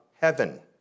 heaven